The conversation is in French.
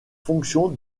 fonction